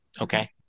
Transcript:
okay